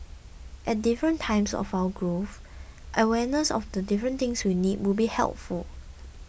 at different times of our growth awareness of the different things we need would be helpful